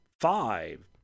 five